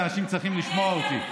ואנשים צריכים לשמוע אותי.